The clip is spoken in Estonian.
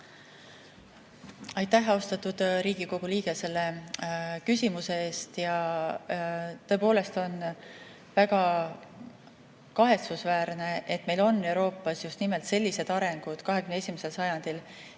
Aitäh, austatud Riigikogu liige, selle küsimuse eest! Tõepoolest on väga kahetsusväärne, et meil on Euroopas just nimelt sellised arengud 21. sajandil,